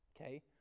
Okay